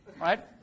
right